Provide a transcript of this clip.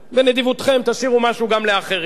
בנדיבותכם תשאירו משהו גם לאחרים.